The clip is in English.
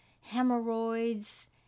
hemorrhoids